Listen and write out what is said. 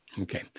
Okay